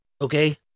Okay